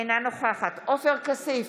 אינה נוכחת עופר כסיף,